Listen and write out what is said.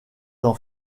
d’en